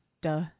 duh